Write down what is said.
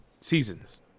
seasons